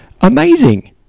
amazing